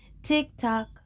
Tick-tock